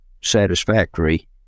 satisfactory